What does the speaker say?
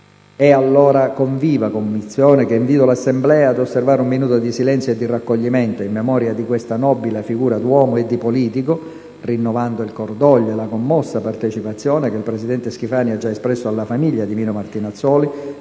È allora con viva commozione che invito l'Assemblea ad osservare un minuto di silenzio e di raccoglimento in memoria di questa nobile figura d'uomo e di politico, rinnovando il cordoglio e la commossa partecipazione che il presidente Schifani ha già espresso alla famiglia di Mino Martinazzoli,